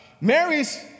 Mary's